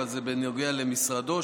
אבל זה בנוגע למשרדו,